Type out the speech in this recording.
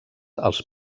als